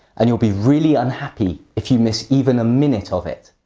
and you'll be really unhappy if you miss even a minute of it.